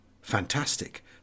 Fantastic